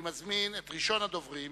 אני מזמין את ראשון הדוברים,